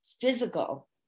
physical